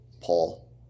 Paul